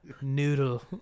Noodle